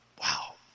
Wow